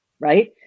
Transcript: Right